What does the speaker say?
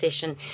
session